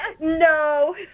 No